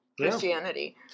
Christianity